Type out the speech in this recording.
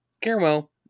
caramel